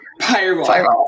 Fireball